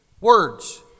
words